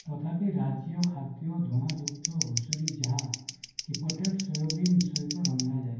ତଥାପି ରାଜ୍ୟ ଖାଦ୍ୟ ଧୂଆଁ ଯୁକ୍ତ ଘୁଷୁରୀ ଯାହା କିଫର୍ଟେଡ଼ ସୋୟାବିନ୍ ସହିତ ରନ୍ଧା ଯାଏ